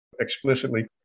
explicitly